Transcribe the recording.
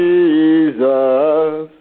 Jesus